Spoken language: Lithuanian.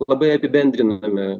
labai apibendrindame